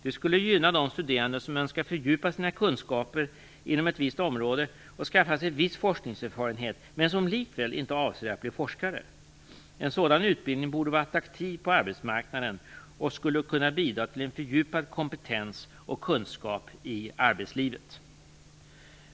Det skulle gynna de studerande som önskar fördjupa sina kunskaper inom ett visst område och skaffa sig viss forskningserfarenhet, men som likväl inte avser att bli forskare. En sådan utbildning borde vara attraktiv på arbetsmarknaden och skulle kunna bidra till fördjupad kompetens och kunskap i arbetslivet.